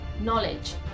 knowledge